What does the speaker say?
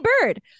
bird